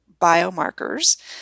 biomarkers